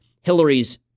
Hillary's